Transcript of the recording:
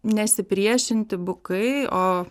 nesipriešinti bukai o